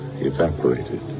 evaporated